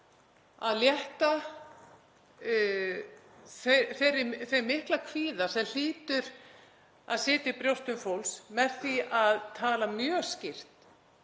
að létta á þeim mikla kvíða sem hlýtur að sitja í brjóstum fólks með því að tala mjög skýrt